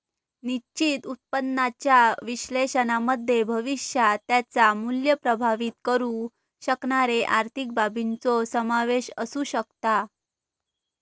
निश्चित उत्पन्नाच्या विश्लेषणामध्ये भविष्यात त्याचा मुल्य प्रभावीत करु शकणारे आर्थिक बाबींचो समावेश असु शकता